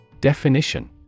Definition